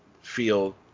feel